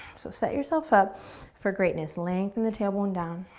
set yourself up for greatness. lengthen the tailbone down.